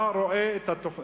צומת ראמה,